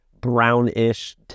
brownish